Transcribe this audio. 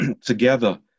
together